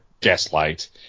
Gaslight